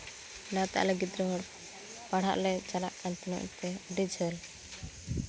ᱚᱱᱟᱛᱮ ᱟᱞᱮ ᱜᱤᱫᱽᱨᱟᱹ ᱦᱚᱲ ᱯᱟᱲᱦᱟᱜ ᱞᱮ ᱪᱟᱞᱟᱜ ᱠᱟᱱ ᱛᱟᱦᱮᱱᱟ ᱟᱹᱰᱤ ᱡᱷᱟᱹᱞ